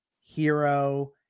Hero